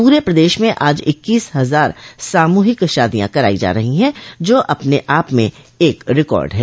पूरे प्रदेश में आज इक्कीस हजार सामूहिक शादियां कराई जा रही है जो अपने आप में एक रिकार्ड है